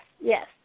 yes